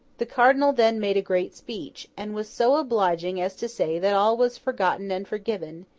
the cardinal then made a great speech, and was so obliging as to say that all was forgotten and forgiven,